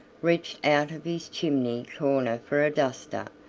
reached out of his chimney corner for a duster,